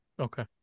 Okay